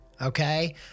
okay